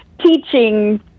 Teaching